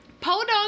Podunk